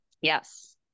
yes